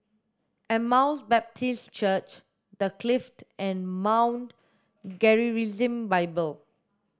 Emmaus Baptist Church The Clift and Mount Gerizim Bible